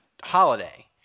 Holiday